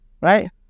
Right